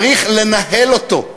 צריך לנהל אותו.